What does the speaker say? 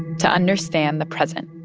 to understand the present